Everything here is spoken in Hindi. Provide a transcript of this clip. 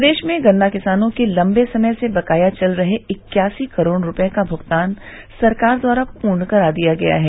प्रदेश में गन्ना किसानों के लम्बे समय से बकाया चल रहे इक्यासी करोड़ रूपये का भुगतान सरकार द्वारा पूर्ण करा दिया गया है